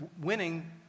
winning